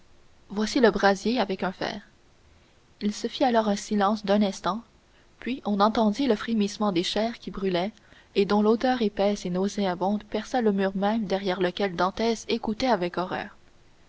voici le brasier avec un fer il se fit alors un silence d'un instant puis on entendit le frémissement des chairs qui brûlaient et dont l'odeur épaisse et nauséabonde perça le mur même derrière lequel dantès écoutait avec horreur